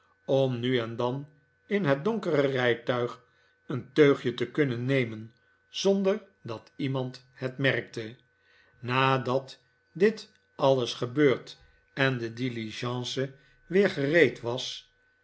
om nu en dan in het donkere rijtuig een teugje te kunnen nemen zonder dat iemand het merkte nadat dit alles gebeurd en de diligence weer gereed was